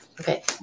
Okay